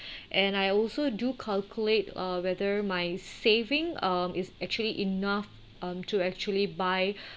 and I also do calculate uh whether my saving um is actually enough um to actually buy